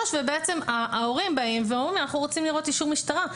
ובעצם ההורים באים ואומרים שהם רוצים לראות אישור משטרה,